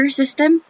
system